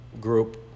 group